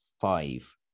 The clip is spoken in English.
five